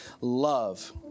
Love